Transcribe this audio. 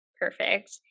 perfect